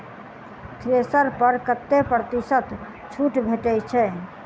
Thresher पर कतै प्रतिशत छूट भेटय छै?